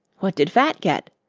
what did fat get?